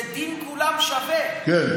זה דין שווה לכולם.